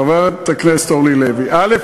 חברת הכנסת אורלי לוי, א.